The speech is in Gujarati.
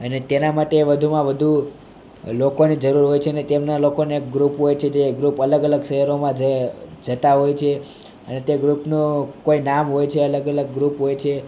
અને તેના માટે વધુમાં વધુ લોકોની જરૂર હોય છે અને તેમના લોકોનું ગ્રૂપ હોય છે જે ગ્રૂપ અલગ અલગ શહેરમાં જતા હોય છે અને તે ગ્રૂપનું કોઈ નામ હોય છે અલગ અલગ ગ્રૂપ હોય છે